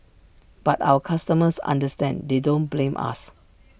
but our customers understand they don't blame us